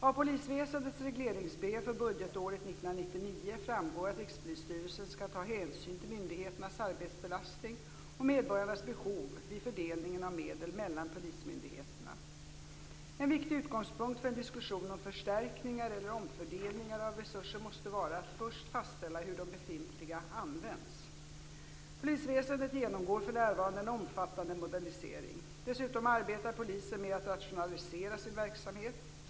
1999 framgår att Rikspolisstyrelsen skall ta hänsyn till myndigheternas arbetsbelastning och medborgarnas behov vid fördelningen av medel mellan polismyndigheterna. En viktig utgångspunkt för en diskussion om förstärkningar eller omfördelningar av resurser måste vara att först fastställa hur de befintliga används. Polisväsendet genomgår för närvarande en omfattande modernisering. Dessutom arbetar polisen med att rationalisera sin verksamhet.